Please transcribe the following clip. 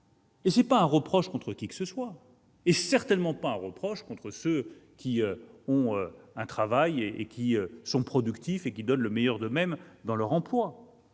Ce n'est pas un reproche envers qui que ce soit, et certainement pas envers ceux qui ont un travail, qui sont productifs et qui donnent le meilleur d'eux-mêmes dans leur emploi.